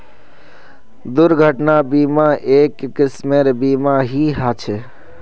दुर्घटना बीमा, एक किस्मेर बीमा ही ह छे